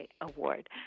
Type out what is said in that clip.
Award